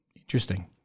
interesting